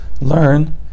Learn